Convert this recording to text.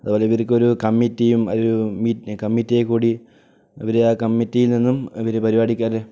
അതുപോലെ ഇവർക്കൊരു കമ്മിറ്റിയും ഒരു കമ്മറ്റിയെക്കൂടി ഇവർ ആ കമ്മറ്റിയിൽ നിന്നും ഇവർ പരിപാടിക്കാർ